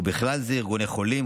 ובכלל זה ארגוני חולים,